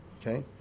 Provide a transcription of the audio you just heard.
okay